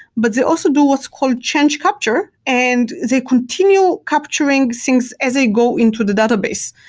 but they also do what's called change capture, and they continue capturing things as they go into the database.